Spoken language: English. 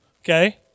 Okay